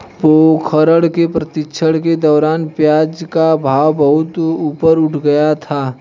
पोखरण के प्रशिक्षण के दौरान प्याज का भाव बहुत ऊपर उठ गया था